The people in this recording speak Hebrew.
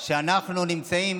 שאנחנו נמצאים